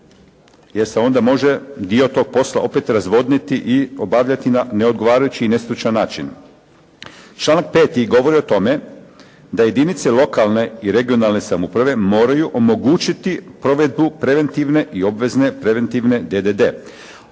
jer se onda može dio tog posla opet razvodniti i obavljati na neodgovarajući i nestručan način. Članak 5. govori o tome da jedinice lokalne i regionalne samouprave moraju omogućiti provedbu preventivne i obvezne preventivne DDD.